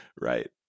Right